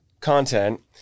content